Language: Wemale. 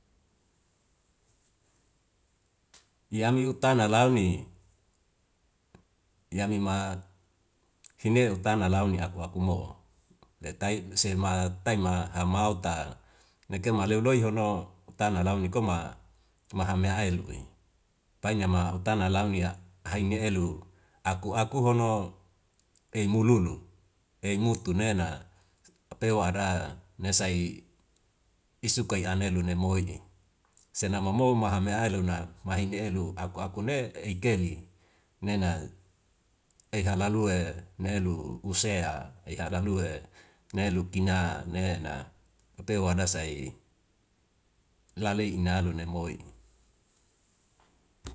Yami utana launi, yami ma hene utana launi aku akumo. Detai sema taima amau ta nakema leu loi hono utana launi koma mahame ailo'i. Pai nama utana launi aini elu aku hono ei mululu, eimu tu nena apewa ada nesai isukai anelu nemoi senama momo mahame ailuna mahina elu aku ne ikeli nena eiha lalue nelu usea eha lalue nelu kina nena ape wadasai la lei inalu nemoi.